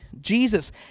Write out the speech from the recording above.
Jesus